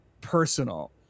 personal